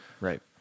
right